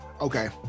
okay